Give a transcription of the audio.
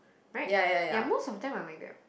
right ya most of them are like that